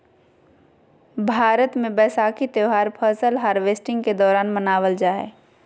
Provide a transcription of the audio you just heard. भारत मे वैसाखी त्यौहार फसल हार्वेस्टिंग के दौरान मनावल जा हय